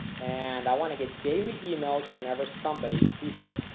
and i want to get daily emails whenever somebody you see here.